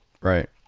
right